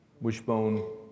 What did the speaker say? Wishbone